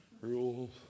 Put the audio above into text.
rules